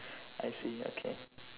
I see okay